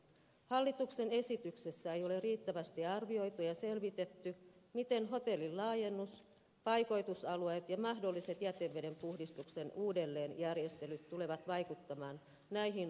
hallituksen esityksessä ei ole riittävästi arvioitu ja selvitetty miten hotellin laajennus paikoitusalueet ja mahdolliset jäteveden puhdistuksen uudelleenjärjestelyt tulevat vaikuttamaan näihin uhanalaisiin lajeihin